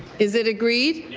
is it agreed?